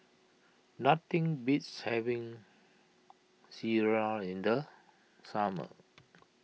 nothing beats having Sireh in the summer